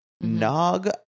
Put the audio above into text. Nog